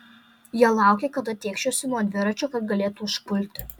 jie laukė kada tėkšiuosi nuo dviračio kad galėtų užpulti